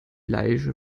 leiche